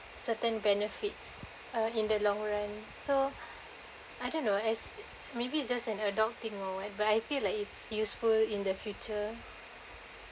certain benefits uh in the long run so I don't know as maybe it's just an adult thing or what but I feel like it's useful in the future